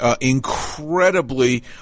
incredibly